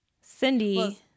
Cindy